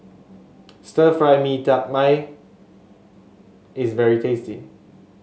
Stir Fry Mee Tai Mak is very tasty